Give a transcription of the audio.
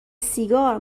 سیگار